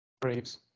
Braves